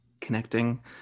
connecting